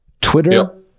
Twitter